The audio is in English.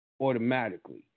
automatically